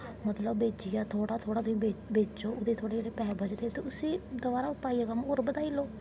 मतलब बेचियै थोह्ड़ा थोह्ड़ा बेच्चै ओह्दे थोह्ड़े जेह्ड़े पैहे बचदे उस्सी पाइयै होर कम्म बधाई लैओ